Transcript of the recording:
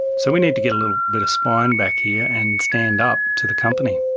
so we need to get a little bit of spine back here and stand up to the company.